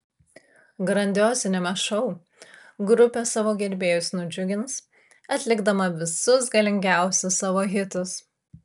grandioziniame šou grupė savo gerbėjus nudžiugins atlikdama visus galingiausius savo hitus